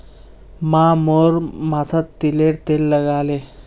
माँ मोर माथोत तिलर तेल लगाले